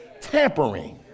tampering